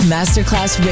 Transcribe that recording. Masterclass